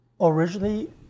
originally